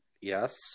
Yes